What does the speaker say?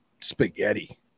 spaghetti